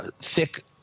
thick